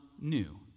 new